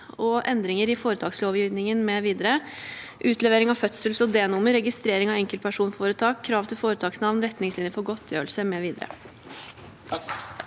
Endringer i foretakslovgivningen mv. (utlevering av fødsels- og d-nummer, registrering av enkeltpersonforetak, krav til foretaksnavn, retningslinjer for godtgjørelse mv.)